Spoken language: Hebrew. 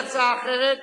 אין הצעה אחרת,